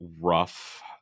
rough